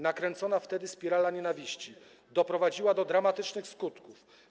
Nakręcona wtedy spirala nienawiści doprowadziła do dramatycznych skutków.